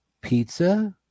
pizza